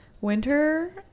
winter